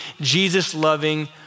Jesus-loving